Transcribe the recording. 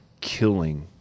killing